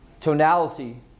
Tonality